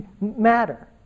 matter